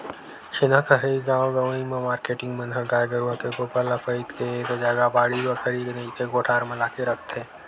छेना खरही गाँव गंवई म मारकेटिंग मन ह गाय गरुवा के गोबर ल सइत के एक जगा बाड़ी बखरी नइते कोठार म लाके रखथे